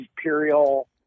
Imperial